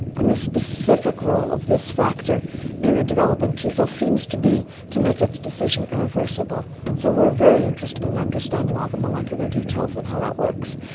and the specific role of this factor in the developing t cells seems to be to make its decision irreversible. and so we're very interested in understanding all the molecular details of how that works.